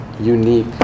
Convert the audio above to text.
unique